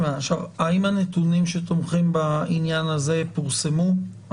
האם הנתונים שתומכים בעניין הזה פורסמו?